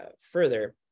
further